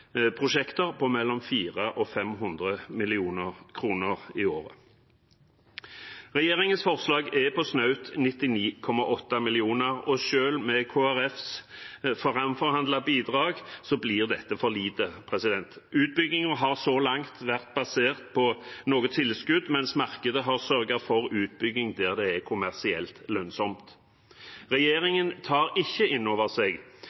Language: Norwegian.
prosjekter mellom 400 mill. kr og 500 mill. kr i året. Regjeringens forslag er på snaut 99,8 mill. kr, og selv med Kristelig Folkepartis framforhandlede bidrag blir dette for lite. Utbyggingen har så langt vært basert på noe tilskudd, mens markedet har sørget for utbygging der det er kommersielt lønnsomt. Regjeringen tar ikke inn over seg